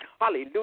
hallelujah